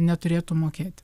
neturėtų mokėti